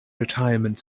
retirement